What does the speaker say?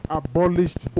abolished